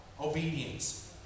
obedience